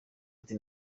ati